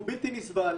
הוא בלתי נסבל.